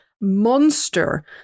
monster